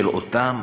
של אותם